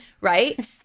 right